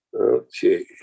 okay